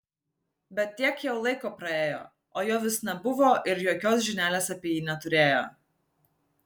bet tiek jau laiko praėjo o jo vis nebuvo ir jokios žinelės apie jį neturėjo